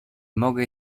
mogą